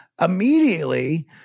immediately